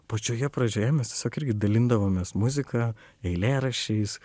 pačioje pradžioje mes tiesiog irgi dalindavomės muzika eilėraščiais